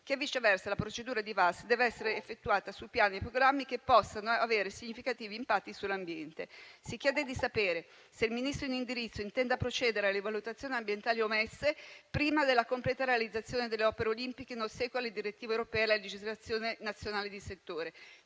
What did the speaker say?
che viceversa la procedura di VAS deve essere effettuata su piani e programmi che possano avere significativi impatti sull'ambiente. Si chiede di sapere se il Ministro in indirizzo intenda procedere alle valutazioni ambientali omesse, prima della completa realizzazione delle opere olimpiche, in ossequio alle direttive europee e alla legislazione nazionale di settore;